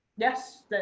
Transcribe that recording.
Yes